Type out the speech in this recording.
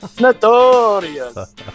Notorious